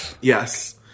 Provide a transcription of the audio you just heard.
yes